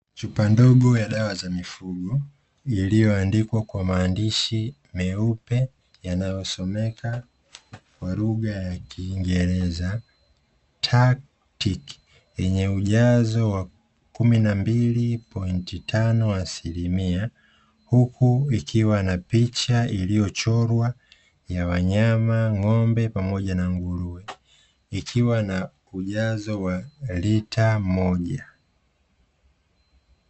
Chupa ndogo ya dawa za mifugo iliyoandikwa kwa maandishi meupe yanayosomeka kwa lugha ya kiingereza "tactic" yenye ujazo wa kumi na mbili pointi tano asilimia huku ikiwa na picha iliyochorwa ya wanyama ng'ombe pamoja na mungu ikiwa na ujazo wa lita moja.